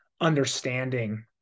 understanding